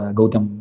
Gautam